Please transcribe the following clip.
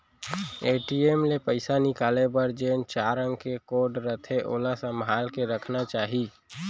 ATM ले पइसा निकाले बर जेन चार अंक के कोड रथे ओला संभाल के रखना चाही